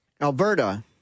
alberta